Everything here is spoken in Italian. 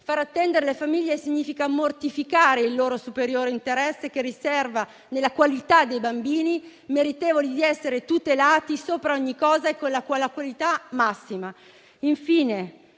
Far attendere le famiglie significa mortificare il loro superiore interesse, che riserva ai bambini meritevoli di essere tutelati sopra ogni cosa la qualità massima.